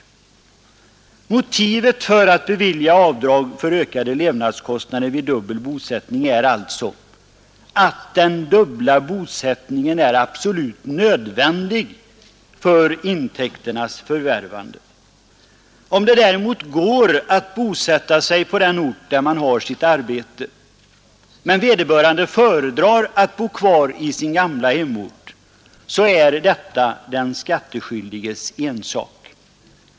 Motivet för att bevilja avdrag för ökade levnadskostnader vid dubbel bosättning är alltså att den dubbla bosättningen är absolut nödvändig för intäkternas förvärvande. Om det däremot går att bosätta sig på den ort där man har sitt arbete men vederbörande föredrar att bo kvar på sin gamla hemort, så är detta den skattskyldiges ensak.